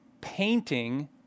painting